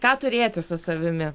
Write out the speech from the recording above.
ką turėti su savimi